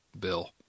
Bill